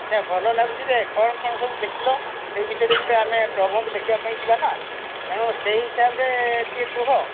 ଅଚ୍ଛା ଭଲ ଲାଗୁଛି ଯେ କ'ଣ କ'ଣ ସବୁ ଦେଖିଲ ସେଇ ବିଷରେ ବି ତ ଆମେ ପ୍ରବନ୍ଧ ଲେଖିବାପାଇଁ ଯିବା ନା ତେଣୁ ସେଇ ହିସାବରେ ଟିକିଏ କୁହ